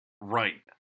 Right